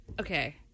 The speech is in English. Okay